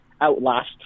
outlast